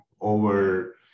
over